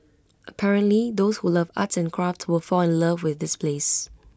apparently those who love arts and crafts will fall in love with this place